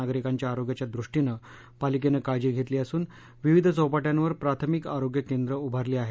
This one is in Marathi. नागरिकांच्या आरोग्याच्या दृष्टीनं पालिकेनं काळजी घेतली असून विविध चौपाट्यांवर प्राथमिक आरोग्य केंद्र उभारली आहेत